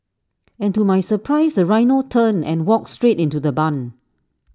and to my surprise the rhino turned and walked straight into the barn